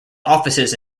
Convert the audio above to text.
offices